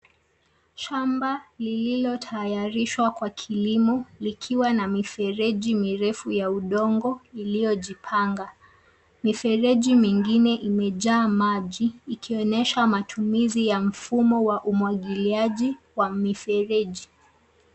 Shamba lililotayarishwa kwa kilimo likiwa na mifereji mirefu ya udongo iliyojipanga. Mifereji mingine imejaa maji ikionyesha matumizi ya mfumo wa umwagiliaji wa mifereji.